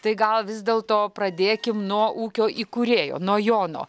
tai gal vis dėlto pradėkim nuo ūkio įkūrėjo nuo jono